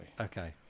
okay